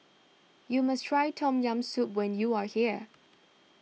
you must try Tom Yam Soup when you are here